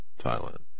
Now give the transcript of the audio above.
Thailand